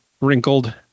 wrinkled